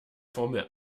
formel